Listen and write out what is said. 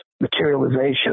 materialization